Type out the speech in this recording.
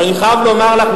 אבל אני חייב לומר לך,